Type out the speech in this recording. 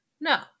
No